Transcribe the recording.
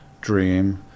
dream